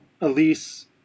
Elise